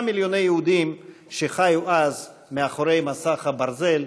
מיליוני יהודים שחיו אז מאחורי מסך הברזל.